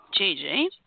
JJ